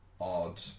odd